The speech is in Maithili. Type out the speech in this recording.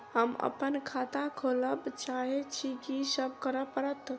हम अप्पन खाता खोलब चाहै छी की सब करऽ पड़त?